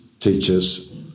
teachers